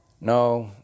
No